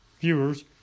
viewers